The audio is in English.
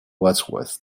wadsworth